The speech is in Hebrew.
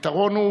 הפתרון הוא